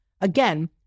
Again